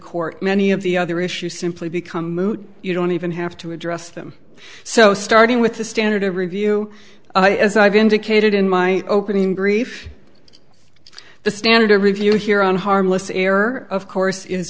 court many of the other issue simply become moot you don't even have to address them so starting with the standard of review as i've indicated in my opening brief the standard to review here on harmless error of course is